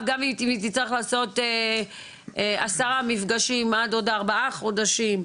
גם אם היא תצטרך לעשות עשרה מפגשים עד עוד ארבעה חודשים,